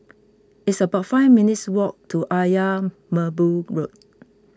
it's about five minutes' walk to Ayer Merbau Road